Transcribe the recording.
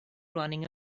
running